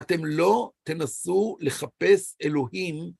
אתם לא תנסו לחפש אלוהים